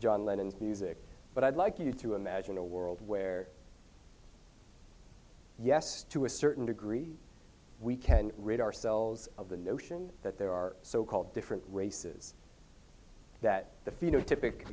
john lennon's music but i'd like you to imagine a world where yes to a certain degree we can rid ourselves of the notion that there are so called different races that t